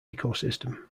ecosystem